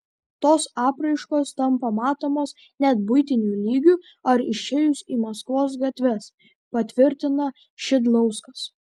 tos apraiškos tampa matomos net buitiniu lygiu ar išėjus į maskvos gatves patvirtina šidlauskas